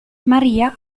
maria